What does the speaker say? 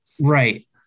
Right